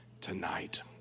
tonight